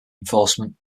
enforcement